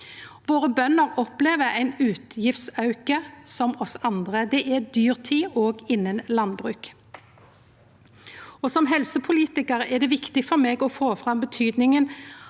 våre opplever ein utgiftsauke, som oss andre. Det er dyrtid òg innan landbruket. Som helsepolitikar er det viktig for meg å få fram betydinga